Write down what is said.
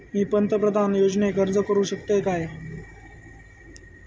मी पंतप्रधान योजनेक अर्ज करू शकतय काय?